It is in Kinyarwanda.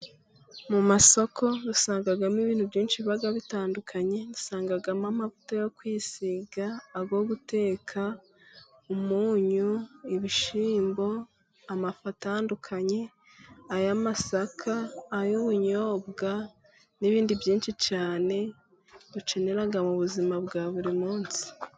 Mu masoko dusangamo ibintu byinshi biba bitandukanye， usangamo amavuta yo kwisiga， ayo guteka，umunyu，ibishyimbo， amafu atandukanye， ay'amasaka， ay'ubunyobwa n'ibindi byinshi cyane，ukenera mu buzima bwa buri munsi.